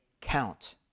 count